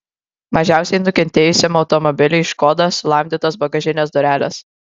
mažiausiai nukentėjusiam automobiliui škoda sulamdytos bagažinės durelės